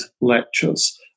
lectures